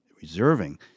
Reserving